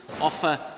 offer